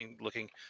looking